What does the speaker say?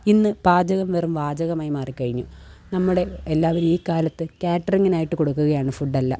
ഇന്ന് പാചകം വെറും വാചകമായി മാറി കഴിഞ്ഞു നമ്മുടെ എല്ലാവരും ഈ കാലത്ത് കാറ്ററിങ്ങിനായിട്ട് കൊടുക്കുകയാണ് ഫുഡെല്ലാം